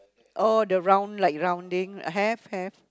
oh the round like rounding have have